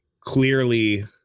clearly –